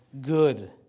good